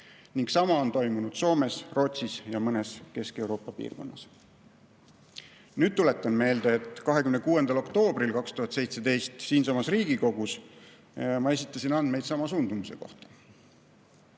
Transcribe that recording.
ning sama on toimunud Soomes, Rootsis ja mõnes Kesk-Euroopa piirkonnas. Tuletan meelde, et 26. oktoobril 2017 siinsamas Riigikogus ma esitasin andmeid sama suundumuse kohta.